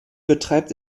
betreibt